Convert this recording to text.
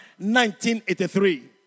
1983